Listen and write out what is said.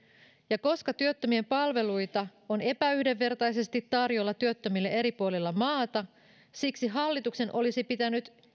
ja koska työttömien palveluita on epäyhdenvertaisesti tarjolla työttömille eri puolilla maata hallituksen olisi pitänyt